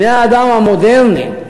בני-האדם המודרניים,